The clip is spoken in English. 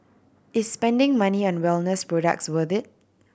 is spending money on wellness products worth it